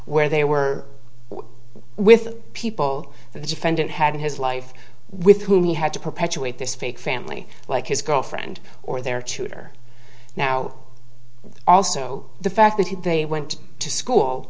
where they were with people that the defendant had in his life with whom he had to perpetuate this fake family like his girlfriend or their tutor now also the fact that they went to school